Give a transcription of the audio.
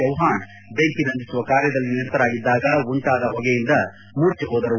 ಚೌವ್ವಾಣ್ ಬೆಂಕಿ ನಂದಿಸುವ ಕಾರ್ಯದಲ್ಲಿ ನಿರತರಾಗಿದ್ದಾಗ ಉಂಟಾದ ಹೊಗೆಯಿಂದ ಮೂರ್ಚೆಹೋದರು